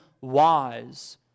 wise